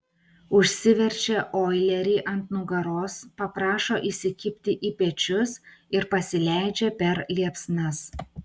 užsiverčia oilerį ant nugaros paprašo įsikibti į pečius ir pasileidžia per liepsnas